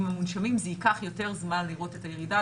המונשמים זה ייקח יותר זמן לראות את הירידה.